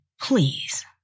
please